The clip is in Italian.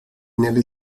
nelle